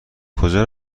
کجا